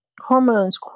hormones